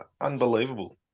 unbelievable